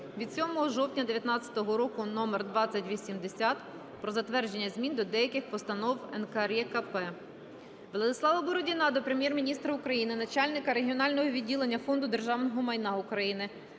від 7 жовтня 2019 року № 2080 "Про затвердження Змін до деяких постанов НКРЕКП". Владислава Бородіна до Прем'єр-міністра України, начальника Регіонального відділення Фонду державного майна України